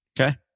Okay